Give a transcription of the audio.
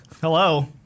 Hello